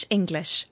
English